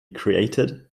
created